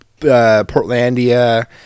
Portlandia